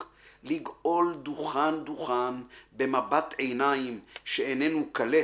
/ לגאול דוכן-דוכן במבט עיניים / שאיננו כלה